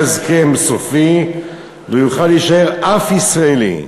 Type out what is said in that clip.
הסכם סופי לא יוכל להישאר אף ישראלי,